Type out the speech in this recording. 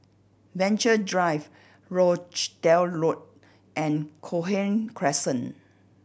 Venture Drive Rochdale Road and Cochrane Crescent